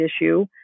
issue